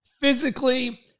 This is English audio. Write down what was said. Physically